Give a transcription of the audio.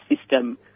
system